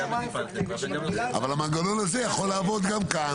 אבל המנגנון הזה יכול לעבוד גם כאן.